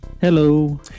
hello